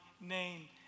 name